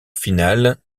finale